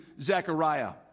Zechariah